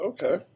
Okay